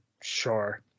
sure